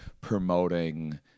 promoting